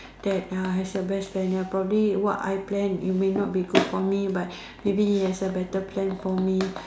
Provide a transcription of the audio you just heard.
that uh has the best planner probably what I plan it may not be good for me but maybe he has a better plan for me